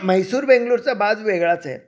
मैसूर बेंगलोरचा बाज वेगळाच आहे